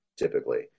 typically